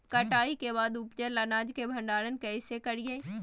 कटाई के बाद उपजल अनाज के भंडारण कइसे करियई?